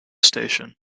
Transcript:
station